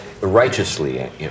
Righteously